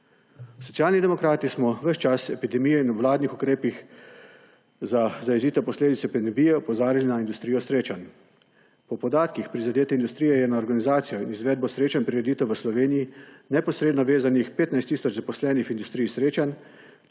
Socialni demokrati smo ves čas epidemije in vladnih ukrepov za zajezitev posledic epidemije opozarjali na industrijo srečanj. Po podatkih prizadete industrije je na organizacijo izvedbo srečanj prireditev v Sloveniji neposredno vezanih 15 tisoč zaposlenih v industrij srečanj,